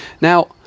now